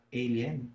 alien